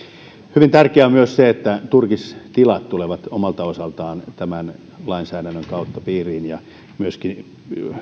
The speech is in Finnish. hyvin tärkeää on myös se että turkistilat tulevat omalta osaltaan tämän lainsäädännön kautta piiriin